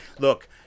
Look